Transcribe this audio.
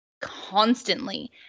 Constantly